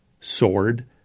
sword